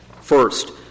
First